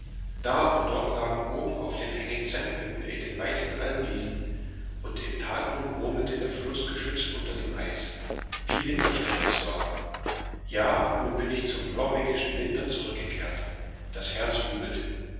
da und dort lagen oben auf den hängen sennhütten in den weißen almwiesen und im talgrund murmelte der fluß geschützt unter dem eis wie winterstill es war ja nun bin ich zum norwegischen winter zurückgekehrt das herz jubelt